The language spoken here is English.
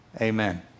amen